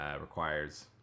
requires